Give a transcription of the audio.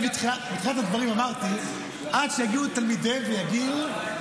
בתחילת הדברים אמרתי: עד שיגיעו תלמידיהם ויגידו,